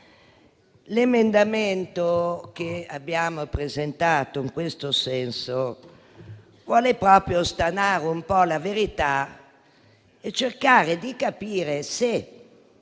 L'emendamento che abbiamo presentato in questo senso vuole proprio stanare la verità e cercare di capire se